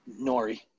Nori